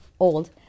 Old